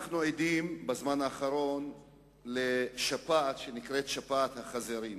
אנחנו עדים בזמן האחרון לשפעת שנקראת שפעת החזירים.